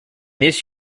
this